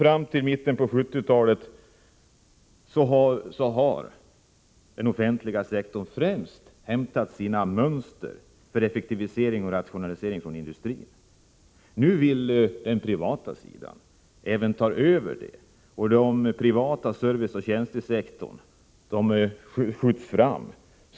Fram till mitten av 1970-talet hämtade den offentliga sektorn sina mönster för rationalisering och effektivitet främst från industrin. Nu vill den privata sidan även ta över offentlig verksamhet, och den privata serviceoch tjänstesektorn skjuts fram.